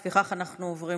לפיכך, אנחנו עוברים